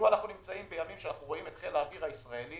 אנחנו נמצאים בימים שאנחנו רואים את חיל האוויר הישראלי